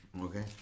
Okay